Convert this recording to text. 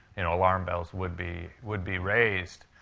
you know, alarm bells would be would be raised.